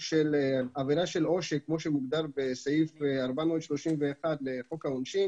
עבירה של עושק כמו שהוגדר בסעיף 431 לחוק העונשין